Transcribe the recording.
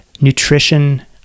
nutrition